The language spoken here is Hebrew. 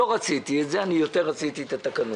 לא רציתי את זה, אני יותר רציתי את התקנות.